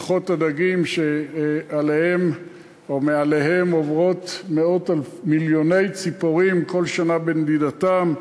בריכות הדגים שמעליהן עוברות מיליוני ציפורים כל שנה בנדידתן,